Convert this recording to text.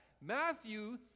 Matthew